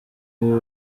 ibintu